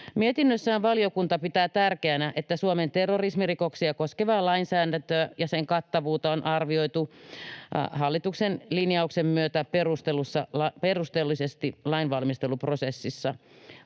Mietinnössään valiokunta pitää tärkeänä, että Suomen terrorismirikoksia koskevaa lainsäädäntöä ja sen kattavuutta on arvioitu hallituksen linjauksen myötä perusteellisesti lain valmisteluprosessissa.